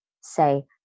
say